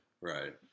Right